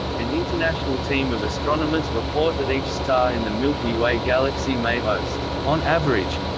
an international team of astronomers report that each star in the milky way galaxy may host on average.